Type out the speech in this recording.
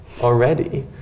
already